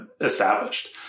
established